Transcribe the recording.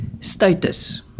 status